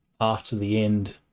after-the-end